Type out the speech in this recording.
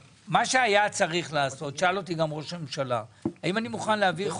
שאל אותי גם ראש הממשלה אם אני מוכן להעביר חוק,